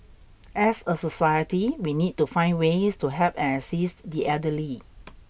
as a society we need to find ways to help and assist the elderly